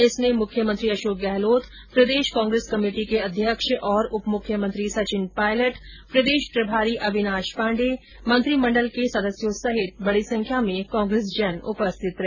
इसमें मख्यमंत्री अशोक गहलोत प्रदेश कांग्रेस कमेटी के अध्यक्ष और उप मुख्यमंत्री सचिन पायलट प्रदेश प्रभारी अविनाश पाण्डे और मंत्रीमंडल के सदस्यों सहित बड़ी संख्या में कांग्रेसजन उपस्थित रहे